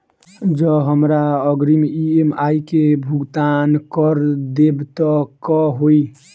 जँ हमरा अग्रिम ई.एम.आई केँ भुगतान करऽ देब तऽ कऽ होइ?